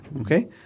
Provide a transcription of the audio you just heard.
Okay